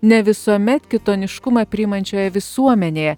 ne visuomet kitoniškumą priimančioje visuomenėje